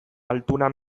altuna